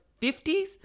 50s